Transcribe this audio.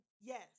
Yes